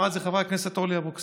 אמרה את זה חברת הכנסת אורלי אבקסיס,